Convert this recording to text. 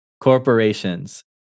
corporations